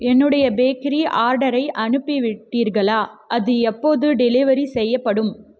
என்னுடைய பேக்கரி ஆர்டரை அனுப்பிவிட்டீர்களா அது எப்போது டெலிவரி செய்யப்படும்